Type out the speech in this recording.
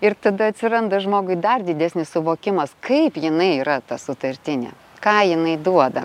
ir tada atsiranda žmogui dar didesnis suvokimas kaip jinai yra ta sutartinė ką jinai duoda